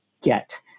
get